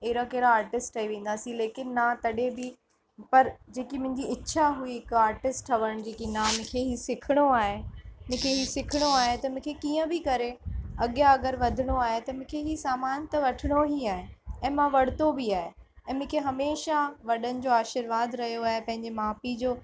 अहिड़ा कहिड़ा आर्टिस्ट ठही वेंदासीं लेकिन न तॾहिं बि पर जेकी मुंहिंजी इच्छा हुई हिक आर्टिस्ट ठहण जी कि न मूंखे हीउ सिखिणो आहे मूंखे हीउ सिखिणो आहे त मूंखे कीअं बि करे अॻियां अगरि वधिणो आहे त मूंखे हीउ सामान त वठिणो ई आहे ऐं मां वरितो बि आहे ऐं मूंखे हमेशह वॾनि जो आशीर्वाद रहियो आहे पंहिंजे माउ पीउ जो